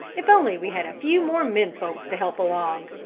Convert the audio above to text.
if only we had a few more men-folks to help along!